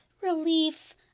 relief